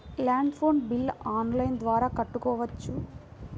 Land phone bill online ద్వారా కట్టుకోవచ్చు?